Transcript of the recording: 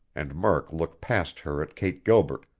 and murk looked past her at kate gilbert,